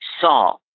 saw